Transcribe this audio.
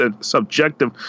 subjective